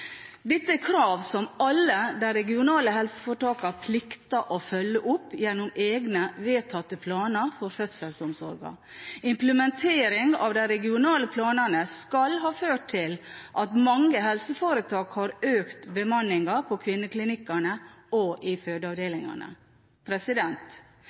Dette er krav som alle de regionale helseforetakene plikter å følge opp gjennom egne vedtatte planer for fødselsomsorgen. Implementeringen av de regionale planene skal ha ført til at mange helseforetak har økt bemanningen på kvinneklinikkene og på fødeavdelingene. Interpellanten viser til utfordringene med fulle sykehus i